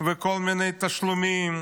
בכל מיני תשלומים,